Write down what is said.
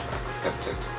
accepted